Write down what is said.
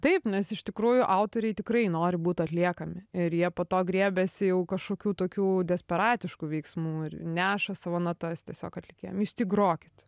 taip nes iš tikrųjų autoriai tikrai nori būt atliekami ir jie po to griebiasi jau kažkokių tokių desperatiškų veiksmų ir neša savo natas tiesiog atlikėjam jūs tik grokit